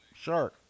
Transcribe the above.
shark